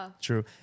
True